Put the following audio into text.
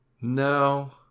No